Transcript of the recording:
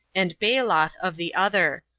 and baalath of the other.